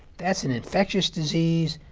that's an infectious disease,